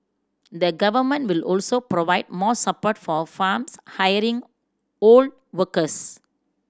the Government will also provide more support for farms hiring old workers